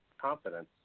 confidence